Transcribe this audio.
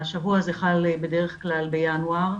השבוע הזה חל בדרך כלל בינואר.